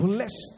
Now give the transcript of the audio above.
Bless